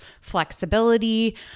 flexibility